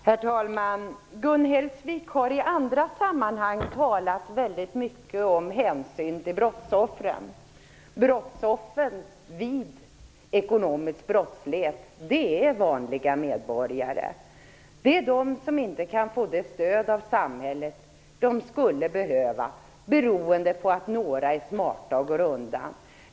Herr talman! Gun Hellsvik har i andra sammanhang talat väldigt mycket om hänsyn till brottsoffren. Vid ekonomisk brottslighet är brottsoffren vanliga medborgare. Det är de som inte kan få det stöd av samhället som de skulle behöva beroende på att några är smarta och kommer undan.